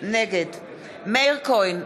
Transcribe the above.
נגד מאיר כהן,